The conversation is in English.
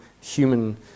human